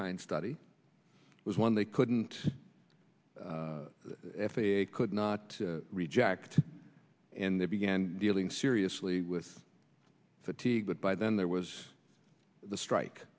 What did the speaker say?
kind study was one they couldn't f a a could not reject and they began dealing seriously with fatigue but by then there was the strike